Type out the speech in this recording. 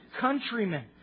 countrymen